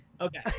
Okay